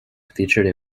featured